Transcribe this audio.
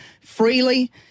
freely